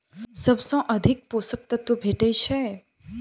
सबसँ अधिक पोसक तत्व भेटय छै?